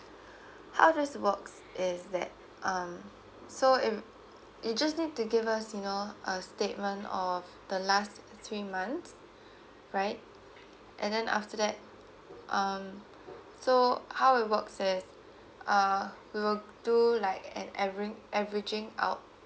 how this to work is that um so you you just need to give us you know a statement of the last three months right and then after that um so how it works is uh we will do like an avering averaging out